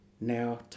now